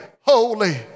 holy